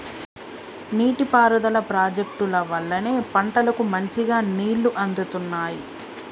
నీటి పారుదల ప్రాజెక్టుల వల్లనే పంటలకు మంచిగా నీళ్లు అందుతున్నాయి